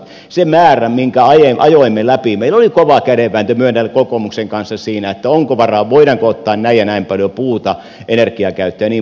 siitä määrästä minkä ajoimme läpi meillä oli kova kädenvääntö myönnän kokoomuksen kanssa siinä onko varaa voidaanko ottaa näin ja näin paljon puuta energiakäyttöön jnp